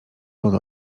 pod